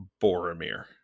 Boromir